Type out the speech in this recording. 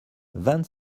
vingt